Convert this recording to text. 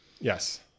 Yes